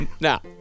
Now